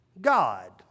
God